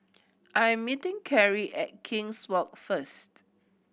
I am meeting Carrie at King's Walk first